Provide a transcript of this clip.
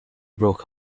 broke